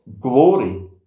glory